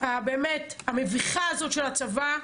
המביכה הזאת של הצבא,